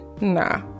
nah